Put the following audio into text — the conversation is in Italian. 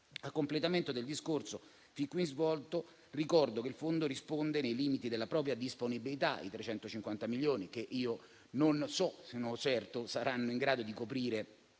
A completamento del discorso fin qui svolto, ricordo che il fondo risponde nei limiti della propria disponibilità, ossia quei 350 milioni che non sono certo saranno in grado di coprire